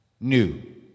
new